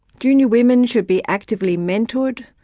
junior women should be actively mentored.